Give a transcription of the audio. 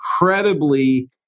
incredibly